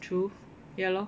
true ya lor